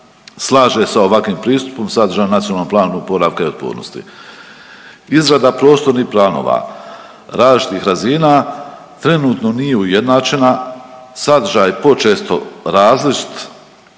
slaže sa ovakvim pristupom sadržan u Nacionalnom planu oporavka i otpornosti. Izrada prostornih planova različitih razina trenutno nije ujednačena. Sadržaj počesto je različit